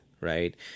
right